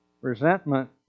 Resentment